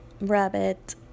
rabbit